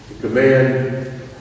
command